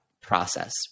process